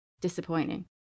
disappointing